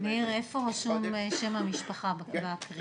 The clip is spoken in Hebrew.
מאיר, איפה רשום שם המשפחה, בכריכה?